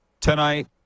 tonight